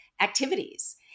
activities